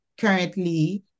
currently